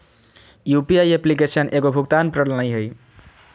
UPI application एगो भुगतान प्रणाली हइ